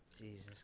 jesus